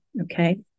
okay